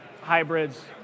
hybrids